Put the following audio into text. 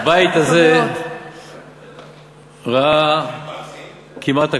הבית הזה ראה כמעט הכול.